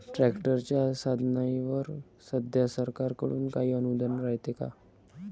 ट्रॅक्टरच्या साधनाईवर सध्या सरकार कडून काही अनुदान रायते का?